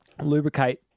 lubricate